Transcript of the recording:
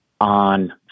on